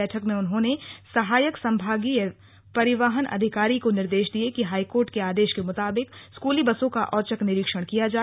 बैठक में उन्होंने सहायक सम्भागीय परिवहन अधिकारी को निर्देश दिये कि हाईकोर्ट के आदेश के मुताबिक स्कूली बसों का औचक निरीक्षण किया जाए